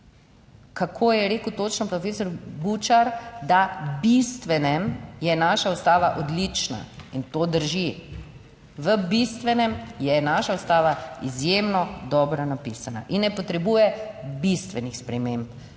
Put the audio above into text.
kako je rekel točno profesor Bučar, da v bistvenem je naša Ustava odlična in to drži. V bistvenem je naša Ustava izjemno dobro napisana in ne potrebuje 18.